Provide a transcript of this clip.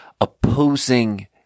opposing